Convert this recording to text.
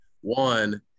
one